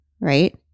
right